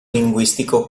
linguistico